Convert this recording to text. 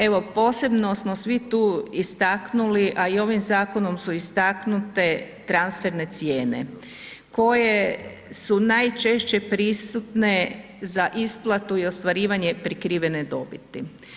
Evo posebno smo svi tu istaknuli, a i ovim zakonom su istaknute transferne cijene koje su najčešće prisutne za isplatu za ostvarivanje prikrivene dobiti.